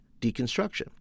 deconstruction